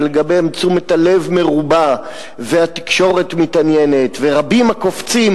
שלגביהן תשומת הלב מרובה והתקשורת מתעניינת ורבים הקופצים,